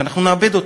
ואנחנו נאבד אותה,